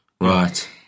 right